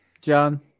John